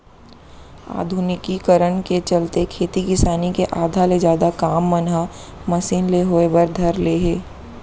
आधुनिकीकरन के चलते खेती किसानी के आधा ले जादा काम मन ह मसीन ले होय बर धर ले हे